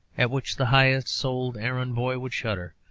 at which the high-souled errand-boy would shudder,